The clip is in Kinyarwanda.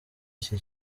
iki